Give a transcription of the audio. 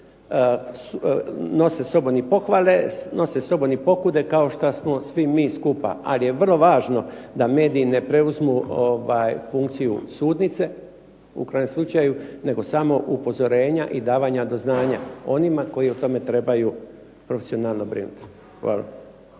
nose sobom i pohvale, nose sobom i pokude kao što smo svi mi skupa, ali je vrlo važno da mediji ne preuzmu funkciju sudnice nego samo upozorenja i davanja do znanja onima koji o tome trebaju profesionalno o tome